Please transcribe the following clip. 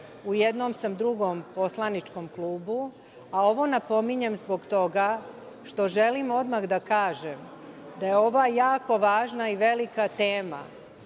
u jednom sam drugom poslaničkom klubu, a ovo napominjem zbog toga što želim odmah da kažem da je ova jako važna i velika tema,